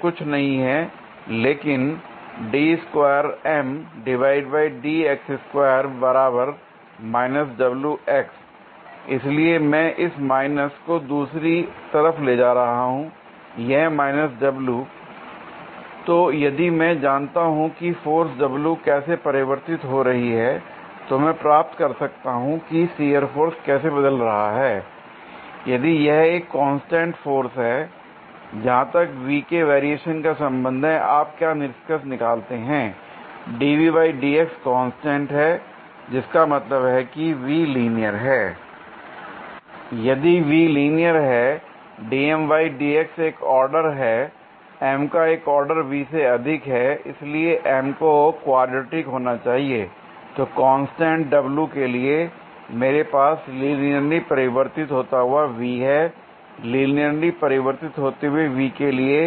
यह कुछ नहीं है लेकिन l इसलिए मैं इस माइनस को दूसरी तरफ ले जा रहा हूं यह माइनस w l तो यदि मैं जानता हूं कि फोर्स w कैसे परिवर्तित हो रही है तो मैं प्राप्त कर सकता हूं कि शियर फोर्स कैसे बदल रहा है l यदि यह एक कांस्टेंट फोर्स है जहां तक V के वेरिएशन का संबंध है आप क्या निष्कर्ष निकालते हैं कांस्टेंट है जिसका मतलब है कि V लीनियर है l यदि V लीनियर है एक आर्डर है M का एक आर्डर V से अधिक है इसलिए M को क्वाड्रेटिक होना चाहिए l तो कांस्टेंट w के लिए मेरे पास लीनियरली परिवर्तित होता हुआ V है लीनियरली परिवर्तित होते हुए V के लिए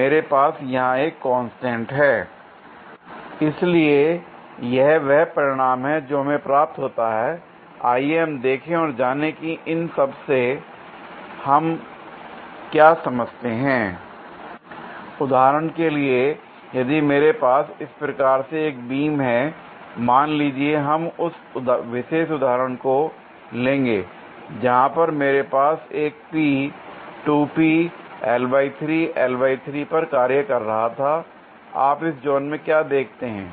मेरे पास यहां एक कांस्टेंट हैl इसलिए यह वह परिणाम हैं जो हमें प्राप्त होता है l आइए हम देखें और जाने कि इस सबसे हम क्या समझते हैं l उदाहरण के लिए यदि मेरे पास इस प्रकार से एक बीम है मान लीजिए हम उस विशेष उदाहरण को लेंगे जहां पर मेरे पास एक P 2P पर कार्य कर रहा था आप इस जोन में क्या देखते हैं